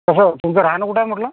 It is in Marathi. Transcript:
तसं तुमचं राहणंं कुठे आहे म्हटलं